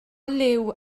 liw